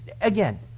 Again